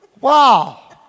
Wow